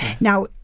Now